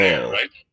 ...right